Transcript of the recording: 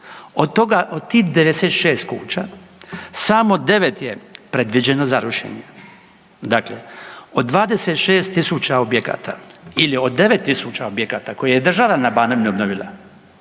od tih 96 kuća samo 9 je predviđeno za rušenje. Dakle, od 26 tisuća objekata ili od 9 tisuća objekata koje je država na Banovini obnovila,